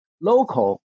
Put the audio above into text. local